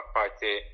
party